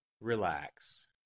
Relax